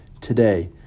Today